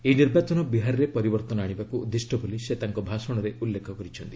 ଏହି ନିର୍ବାଚନ ବିହାରରେ ପରିବର୍ତ୍ତନ ଆଣିବାକୁ ଉଦ୍ଦିଷ୍ଟ ବୋଲି ସେ ତାଙ୍କ ଭାଷଣରେ ଉଲ୍ଲେଖ କରିଛନ୍ତି